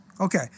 Okay